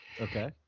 Okay